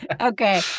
Okay